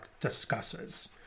discusses